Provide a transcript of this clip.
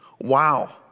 Wow